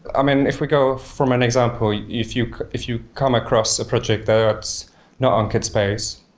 i mean, if we go from an example, if you if you come across a project that's not on kitspace,